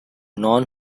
non